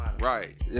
Right